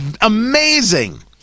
amazing